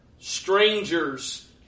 strangers